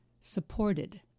supported